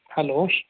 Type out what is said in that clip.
hello